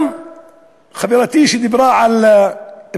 גם חברתי, שדיברה על פגיעה